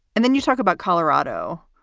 and then you talk about colorado.